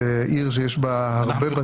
זאת עיר שיש בה הרבה בתים פרטיים --- אנחנו